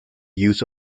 use